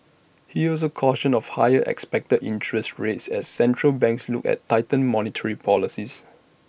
he also cautioned of higher expected interest rates as central banks look at tighten monetary policies